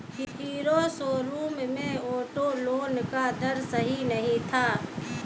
hero showroom में auto loan का दर सही नहीं था